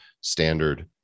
standard